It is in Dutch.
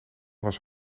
was